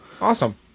Awesome